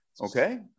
Okay